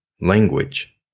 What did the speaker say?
Language